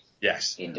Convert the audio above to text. Yes